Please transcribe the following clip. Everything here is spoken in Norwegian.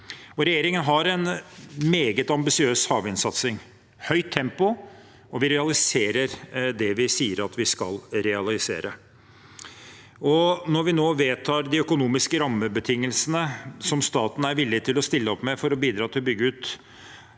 Regjeringen har en meget ambisiøs havvindsatsing – det er høyt tempo, og vi realiserer det vi sier vi skal realisere. Når vi nå vedtar de økonomiske rammebetingelsene som staten er villig til å stille opp med for å bidra til å bygge ut